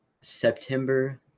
September